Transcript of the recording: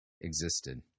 existed